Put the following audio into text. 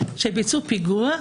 שביצעו פיגוע,